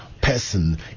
person